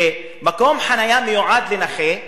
שמקום חנייה המיועד לנכה,